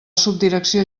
subdirecció